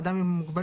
האדם עם המוגבלות,